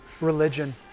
religion